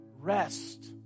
rest